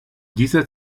dieser